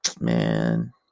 man